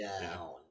down